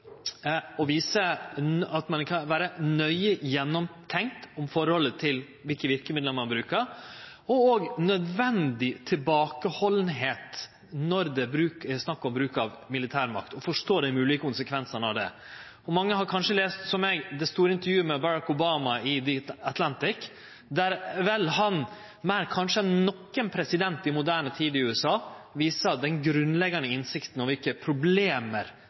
vise at det kan vere nøye gjennomtenkt i forhold til kva verkemiddel ein brukar, og òg om nødvendig tilbakehalden når det er snakk om bruk av militærmakt – forstå dei moglege konsekvensane av det. Mange har kanskje, som eg, lese det store intervjuet med Barack Obama i The Atlantic, der han, kanskje meir enn nokon president i moderne tid i USA, viser grunnleggjande innsikt i kva problem